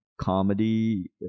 comedy